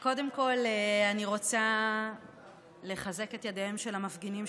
אני רוצה לחזק את ידיהם של המפגינים,